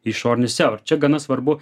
išorinis seo ir čia gana svarbu